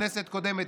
בכנסת קודמת,